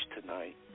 tonight